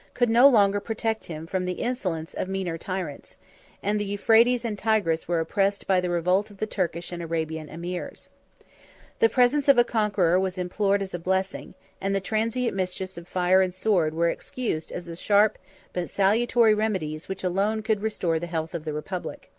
could no longer protect him from the insolence of meaner tyrants and the euphrates and tigris were oppressed by the revolt of the turkish and arabian emirs. the presence of a conqueror was implored as a blessing and the transient mischiefs of fire and sword were excused as the sharp but salutary remedies which alone could restore the health of the republic.